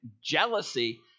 jealousy